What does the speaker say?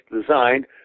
designed